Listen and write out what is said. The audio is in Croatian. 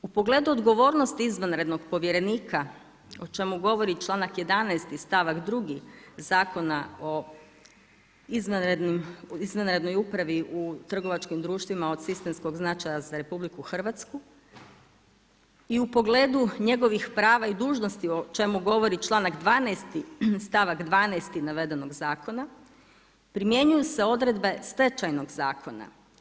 U pogledu odgovornosti izvanrednog povjerenika, o čemu govori članak 11. stavak 2. Zakona o izvanrednoj upravi u trgovačkim društvima od sistemskog značaja za RH i u pogledu njegovih prava i dužnosti o čemu govori članak 12. stavak 12. navedenog zakona, primjenjuju se odredbe Stečajnog zakona.